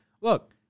Look